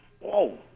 whoa